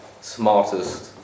smartest